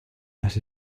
las